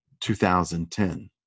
2010